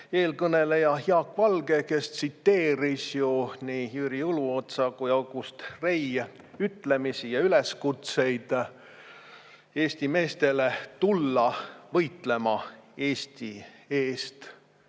eelkõneleja Jaak Valge, kes tsiteeris nii Jüri Uluotsa kui ka August Rei ütlemisi ja üleskutseid Eesti meestele tulla võitlema Eesti eest.